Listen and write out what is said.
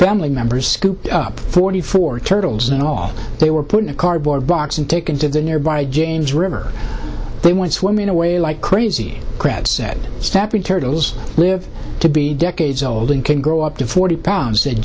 family members scooped up forty four to in all they were put in a cardboard box and taken to the nearby james river they went swimming away like crazy crab said stepan turtles live to be decades old and can grow up to forty pounds said